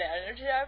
energy